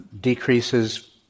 decreases